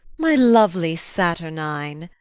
my lovely saturnine,